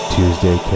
Tuesday